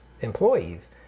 employees